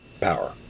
power